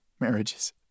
marriages